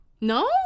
No